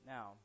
Now